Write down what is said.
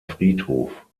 friedhof